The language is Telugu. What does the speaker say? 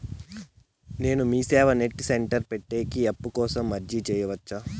నేను మీసేవ నెట్ సెంటర్ పెట్టేకి అప్పు కోసం అర్జీ సేయొచ్చా?